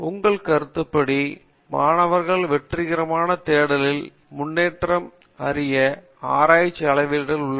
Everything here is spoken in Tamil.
உங்கள் கருத்துப்படி மாணவர்கள் வெற்றிகரமான தேடலில் முன்னேற்றம் அறிய ஆராய்ச்சி அளவீடுகள் உள்ளன